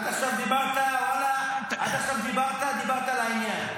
עד עכשיו דיברת, ואללה, עד עכשיו דיברת לעניין.